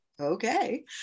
okay